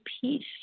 peace